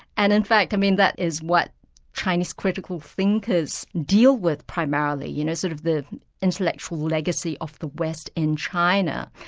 and in fact i mean that is what chinese critical thinkers deal with, primarily, you know, sort of the intellectual legacy of the west in china.